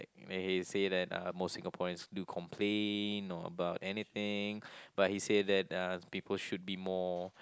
may he say that uh most Singaporeans do complain on about anything but he say that uh people should be more